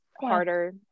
harder